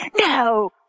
no